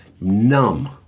numb